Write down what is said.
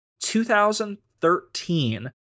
2013